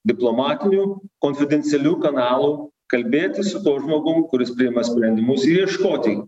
diplomatinių konfidencialių kanalų kalbėtis su tuo žmogum kuris priima sprendimus ir ieškoti